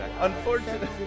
Unfortunately